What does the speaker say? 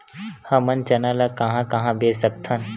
हमन चना ल कहां कहा बेच सकथन?